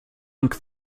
und